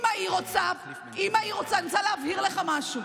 אם העיר רוצה, אני רוצה להבהיר לך משהו.